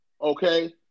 okay